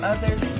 Others